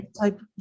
type